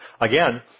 Again